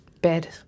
bed